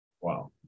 Wow